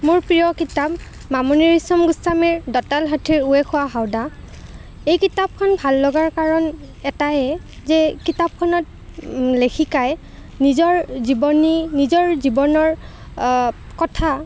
মোৰ প্ৰিয় কিতাপ মামনি ৰয়চম গোস্বামীৰ দঁতাল হাতীৰ উঁয়ে খোৱা হাওদা এই কিতাপখন ভাল লগাৰ কাৰণ এটাই যে কিতাপখনত লেখিকাই নিজৰ জীৱনী নিজৰ জীৱনৰ কথা